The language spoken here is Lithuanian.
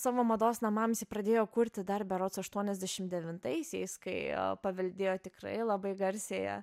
savo mados namams ji pradėjo kurti dar berods aštuoniasdešimt devintaisiais kai paveldėjo tikrai labai garsiąją